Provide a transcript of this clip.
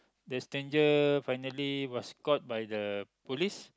the stranger finally was caught by the police